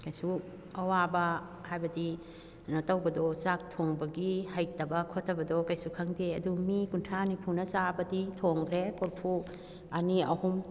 ꯀꯩꯁꯨ ꯑꯋꯥꯕ ꯍꯥꯏꯕꯗꯤ ꯀꯩꯅꯣ ꯇꯧꯕꯗꯣ ꯆꯥꯛ ꯊꯣꯡꯕꯒꯤ ꯍꯩꯇꯕ ꯈꯣꯠꯇꯕꯗꯣ ꯀꯩꯁꯨ ꯈꯪꯗꯦ ꯑꯗꯣ ꯃꯤ ꯀꯨꯟꯊ꯭ꯔꯥ ꯅꯤꯐꯨꯅ ꯆꯥꯕꯗꯤ ꯊꯣꯡꯈ꯭ꯔꯦ ꯀꯣꯔꯐꯨ ꯑꯅꯤ ꯑꯍꯨꯝ